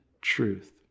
truth